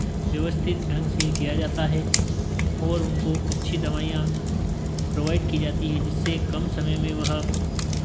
व्यवस्थित ढंग से किया जाता है और उनको अच्छी दवाइयाँ प्रोवाइड की जाती है जिससे कम समय में वह